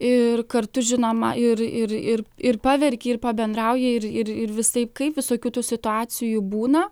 ir kartu žinoma ir ir ir ir paverki ir pabendrauji ir ir visaip kaip visokių tų situacijų būna